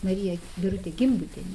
marija birutė gimbutienė